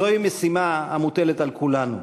זוהי משימה המוטלת על כולנו,